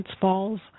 falls